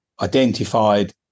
identified